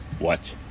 watch